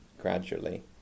gradually